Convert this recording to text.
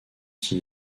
qui